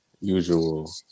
usual